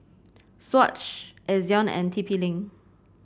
Swatch Ezion and T P Link